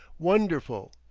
wonderful!